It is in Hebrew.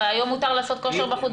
אנחנו ארבעה חודשים בתוך האירוע הזה,